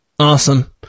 Awesome